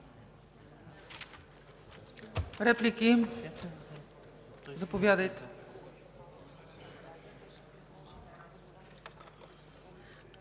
Реплики? Заповядайте.